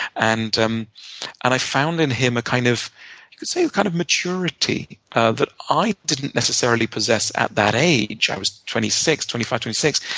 and um and i found in him a kind of you could say a kind of maturity ah that i didn't necessarily possess at that age. i was twenty six, twenty five, twenty six.